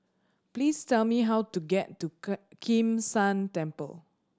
please tell me how to get to Kim San Temple